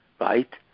Right